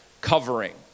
covering